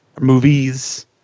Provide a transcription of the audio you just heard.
movies